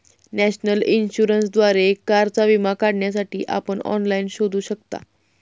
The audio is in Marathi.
नॅशनल इन्शुरन्सद्वारे कारचा विमा काढण्यासाठी आपण ऑनलाइन शोधू शकता